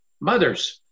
Mothers